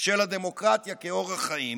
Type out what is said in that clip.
של הדמוקרטיה כאורח חיים